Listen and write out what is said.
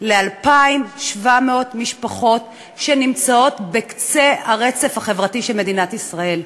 ל-2,700 משפחות שנמצאות בקצה הרצף החברתי של מדינת ישראל.